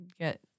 get